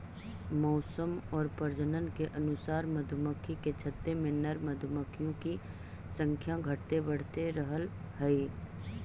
मौसम और प्रजनन के अनुसार मधुमक्खी के छत्ते में नर मधुमक्खियों की संख्या घटते बढ़ते रहअ हई